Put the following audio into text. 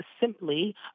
simply